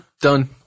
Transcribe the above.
done